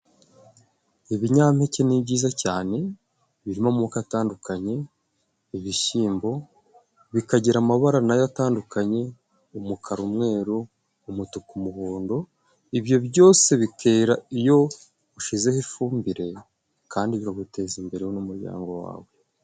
Ibinyampeke ni byiza cyane, birimo amako atandukanye, ibishyimbo bikagira amabara nayo atandukanye umukara, umweru, umutuku, umuhondo, ibyo byose bikera iyo ushyizeho ifumbire, kandi bikaguteza imbere wowe n'umuryango wawe.